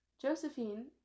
Josephine